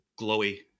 glowy